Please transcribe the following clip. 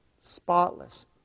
spotless